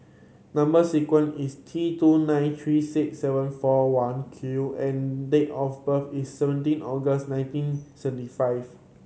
number sequence is T two nine three six seven four one Q and date of birth is seventeen August nineteen seventy five